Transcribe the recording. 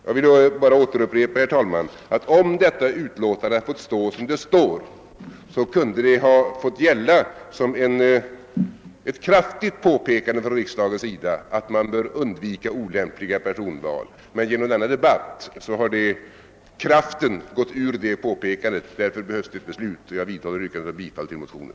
Jag vill bara upprepa, herr talman, att detta utlåtande, om det fått stå som det står, kunde ha fått gälla som ett kraftigt påpekande från riksdagens sida att man bör undvika olämpliga personval, men genom denna debatt har kraften gått ur det påpekandet. Därför behövs det ett beslut. Jag vidhåller yrkandet om bifall till motionen.